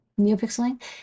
NeoPixeling